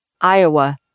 Iowa